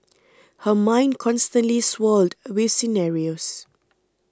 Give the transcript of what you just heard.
her mind constantly swirled with scenarios